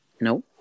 No